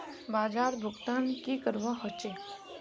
बाजार भुगतान की करवा होचे?